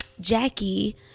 Jackie